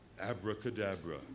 abracadabra